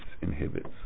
inhibits